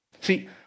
See